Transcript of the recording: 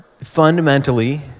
fundamentally